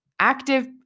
active